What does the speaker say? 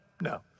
no